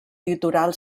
litoral